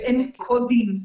ואין קודים,